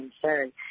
concern